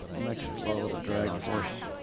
mixed flow, the drag force